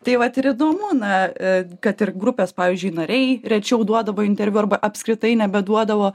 tai vat ir įdomu na kad ir grupės pavyzdžiui nariai rečiau duodavo interviu arba apskritai nebeduodavo